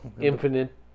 Infinite